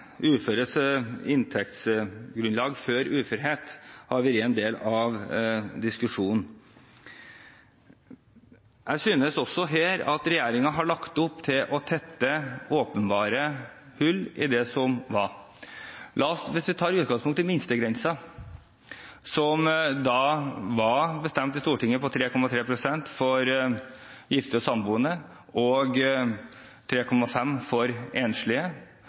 uføres inntekt før uførhet har vært en del av diskusjonen. Jeg synes også her at regjeringen har lagt opp til å tette åpenbare hull i det som var. Hvis vi tar utgangspunkt i minstegrensen som Stortinget bestemte skulle være på 3,3 G for gifte og samboende og 3,5 G for enslige,